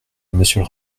monsieur